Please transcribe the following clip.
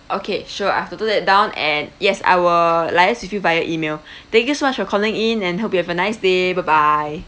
okay sure I have noted that down and yes I will liaise with you via E-mail thank you so much for calling in and hope you have a nice day bye